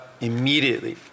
immediately